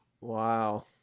Wow